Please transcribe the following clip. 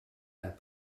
that